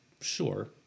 Sure